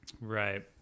Right